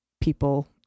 people